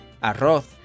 Arroz